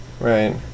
Right